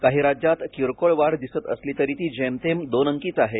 काही राज्यांत किरकोळ वाढ दिसत असली तरी ती जेमतेम दोन अंकीच आहे